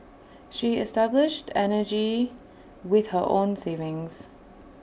she established energy with her own savings